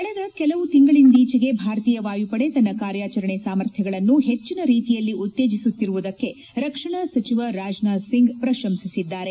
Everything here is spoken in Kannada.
ಕಳೆದ ಕೆಲವು ತಿಂಗಳಿಂದೀಜೆಗೆ ಭಾರತೀಯ ವಾಯುಪಡೆ ತನ್ನ ಕಾರ್ಯಾಚರಣೆ ಸಾಮರ್ಥ್ಯಗಳನ್ನು ಹೆಚ್ಚಿನ ರೀತಿಯಲ್ಲಿ ಉತ್ತೇಜಿಸಿರುವುದಕ್ಕೆ ರಕ್ಷಣಾ ಸಚಿವ ರಾಜನಾಥ್ ಸಿಂಗ್ ಪ್ರಶಂಸಿಸಿದ್ದಾರೆ